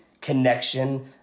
connection